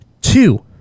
two